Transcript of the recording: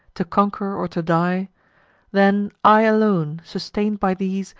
to conquer or to die then, i alone, sustain'd by these,